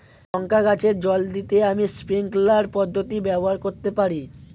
লঙ্কা গাছে জল দিতে আমি স্প্রিংকলার পদ্ধতি ব্যবহার করতে পারি?